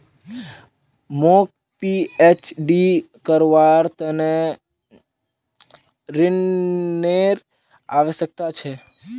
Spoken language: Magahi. मौक पीएचडी करवार त न ऋनेर आवश्यकता छ